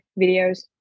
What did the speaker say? videos